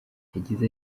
yagize